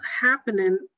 happening